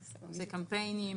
עושה קמפיינים,